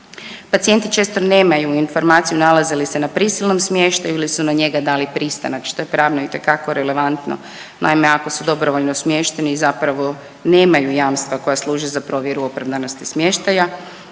Pacijenti često nemaju informaciju nalaze li se na prisilnom smještaju ili su na njega dali pristanak, što je pravno itekako relevantno. Naime, ako su dobrovoljno smješteni, zapravo nemaju jamstva koja služi za provjeru opravdanosti smještaja,